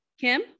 Kim